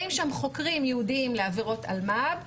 חוקרים ייעודים לעבירות אלמ"ב,